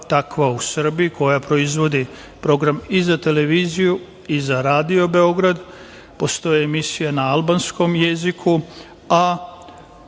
takva u Srbiji koja proizvodi program i za televiziju i radio Beograd. Postoje emisije na albanskom jeziku,